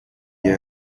year